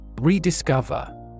Rediscover